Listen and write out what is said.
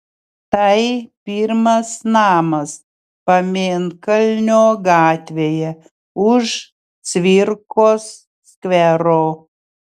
tai pirmas namas pamėnkalnio gatvėje už cvirkos skvero